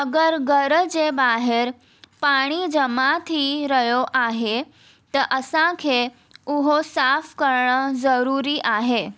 अगरि घर जे ॿाहिरि पाणी जमा थी रहियो आहे त असांखे उहो साफ़ करण ज़रूरी आहे